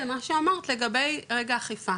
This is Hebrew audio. למה שאמרת לגבי רגע האכיפה,